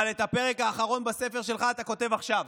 אבל את הפרק האחרון בספר שלך אתה כותב עכשיו.